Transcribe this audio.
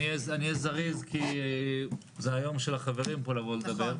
אני אהיה זריז כי זה היום של החברים לבוא לדבר,